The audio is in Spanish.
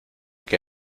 que